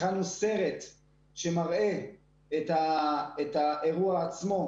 הכנו סרט שמראה את האירוע עצמו,